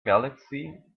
galaxy